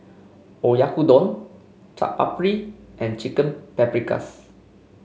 Oyakodon Chaat Papri and Chicken Paprikas